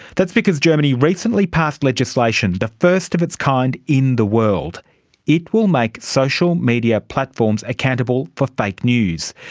that's because germany recently passed legislation, the first of its kind in the world it will make social media platforms accountable for fake news.